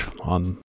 on